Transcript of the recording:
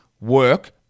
work